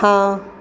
ਹਾਂ